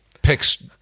Picks